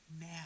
now